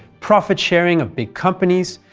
profit-sharing of big companies,